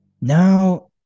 Now